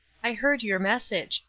i heard your message.